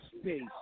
space